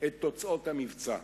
את תוצאות המבצע.